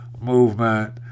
Movement